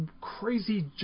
crazy